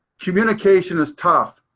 communication is tough.